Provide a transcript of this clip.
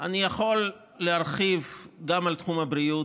אני יכול להרחיב גם על תחום הבריאות,